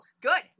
Good